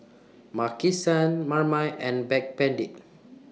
Maki San Marmite and Backpedic